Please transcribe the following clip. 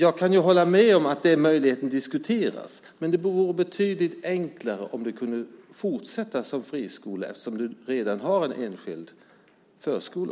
Jag kan hålla med om att den möjligheten diskuteras, men det vore betydligt enklare om de kunde fortsätta som friskola, särskilt då det redan finns en enskild förskola.